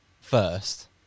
first